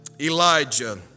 Elijah